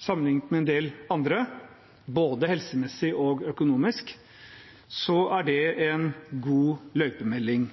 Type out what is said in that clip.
sammenlignet med en del andre, både helsemessig og økonomisk, så er det en god løypemelding.